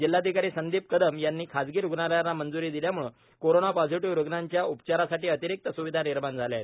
जिल्हाधिकारी संदीप कदम यांनी खाजगी रूग्णालयांना मंजूरी दिल्यामूळे कोरोना पॉझिटीव्ह रूग्णांच्या उपचारासाठी अतिरिक्त स्विधा निर्माण झाल्या आहेत